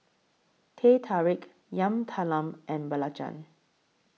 Teh Tarik Yam Talam and Belacan